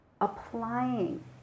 applying